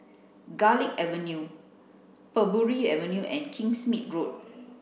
Garlick Avenue Parbury Avenue and Kingsmead Road